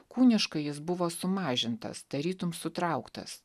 kūniškai jis buvo sumažintas tarytum sutrauktas